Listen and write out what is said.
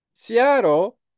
Seattle